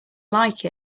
like